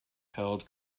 held